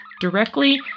directly